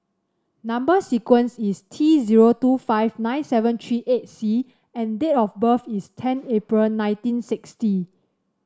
number sequence is T zero two five nine seven three eight C and date of birth is ten April nineteen sixty